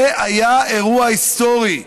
זה היה אירוע היסטורי,